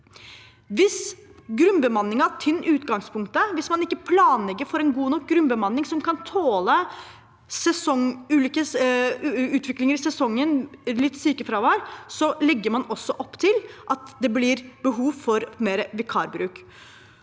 og man ikke planlegger for en god nok grunnbemanning som kan tåle ulike utviklinger i sesongen og litt sykefravær, legger man også opp til at det blir behov for mer vikarbruk.